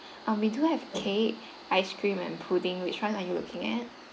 um we do have cake ice cream and pudding which [one] are you looking at